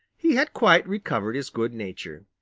he had quite recovered his good nature.